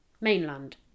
mainland